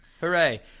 Hooray